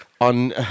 on